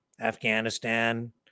Afghanistan